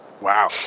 Wow